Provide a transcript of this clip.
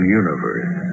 universe